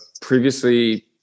previously